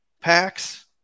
packs